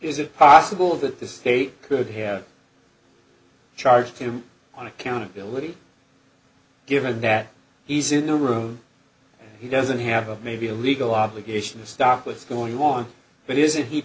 is it possible that this could have charged him on accountability given that he's in the room he doesn't have a maybe a legal obligation to stop what's going on but isn't he